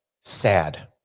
sad